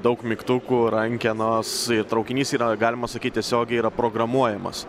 daug mygtukų rankenos traukinys yra galima sakyt tiesiogiai yra programuojamas